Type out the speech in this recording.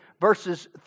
verses